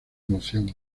emoción